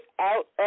out